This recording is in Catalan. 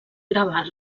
gravar